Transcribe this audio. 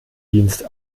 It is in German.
dienst